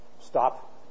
stop